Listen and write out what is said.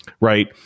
right